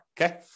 okay